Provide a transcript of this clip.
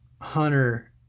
Hunter